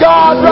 God